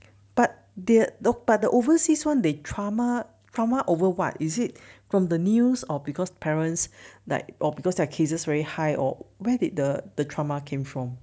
but they but the overseas one they trauma trauma over what is it from the news or because parents like or because their cases very high or where did the the trauma came from